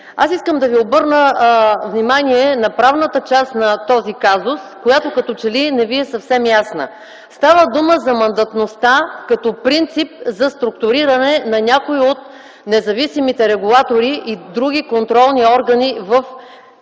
Аз искам да ви обърна внимание на правната част на този казус, която като че ли не ви е съвсем ясна. Става дума за мандатността като принцип за структуриране на някои от независимите регулатори и на други контролни органи в